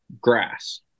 grass